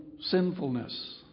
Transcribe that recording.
sinfulness